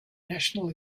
national